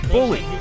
Bully